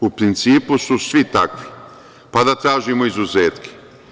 U principu su svi takvi, pa da tražimo izuzetke.